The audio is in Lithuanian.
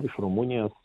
iš rumunijos